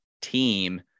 team